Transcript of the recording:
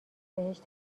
بهش